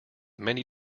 many